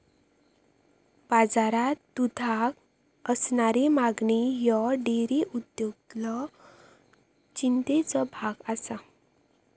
बाजारात दुधाक असणारी मागणी ह्यो डेअरी उद्योगातलो चिंतेचो भाग आसा